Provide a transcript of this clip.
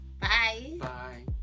Bye